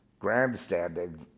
grandstanding